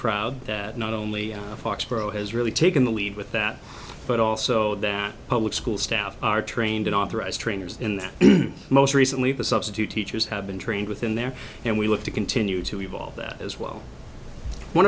proud that not only foxboro has really taken the lead with that but also that public school staff are trained in authorized trainers and most recently the substitute teachers have been trained within there and we look to continue to evolve that as well one